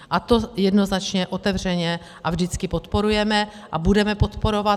A to jednoznačně, otevřeně a vždycky podporujeme a budeme podporovat.